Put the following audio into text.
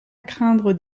craindre